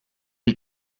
die